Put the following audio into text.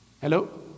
Hello